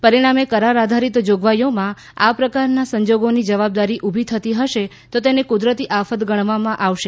પરિણામે કરાર આધારિત જોગવાઇઓમાં આ પ્રકારના સંજોગોની જવાબદારી ઉભી થતી હશે તો તેને કુદરતી આફત ગણવામાં આવશે